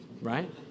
right